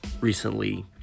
recently